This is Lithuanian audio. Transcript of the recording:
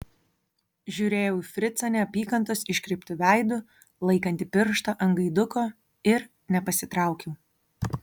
žiūrėjau į fricą neapykantos iškreiptu veidu laikantį pirštą ant gaiduko ir nepasitraukiau